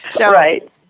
Right